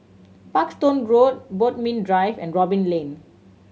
Parkstone Road Bodmin Drive and Robin Lane